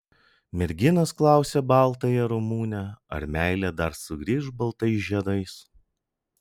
merginos klausė baltąją ramunę ar meilė dar sugrįš baltais žiedais